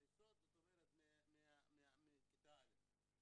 זה אומר שהמצב הוא כל כך חמור במגזר שלנו לגבי נושא התאונות וילדים.